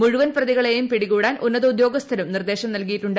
മുഴുവൻ പ്രതികളെയും പിടികൂടാൻ ഉന്നത ഉദ്യോഗസ്ഥരും നിർദ്ദേശം നൽകിയിട്ടുണ്ട്